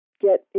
get